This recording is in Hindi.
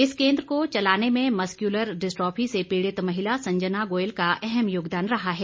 इस केन्द्र को चलाने में मसक्युलर डिस्ट्रॉफी से पीड़ित महिला संजना गोयल का अहम योगदान रहा है